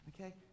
Okay